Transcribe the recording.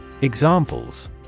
Examples